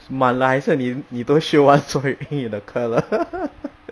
满了还是你你都修完所有英语的课了